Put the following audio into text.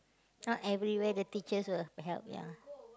not everywhere the teachers will help ya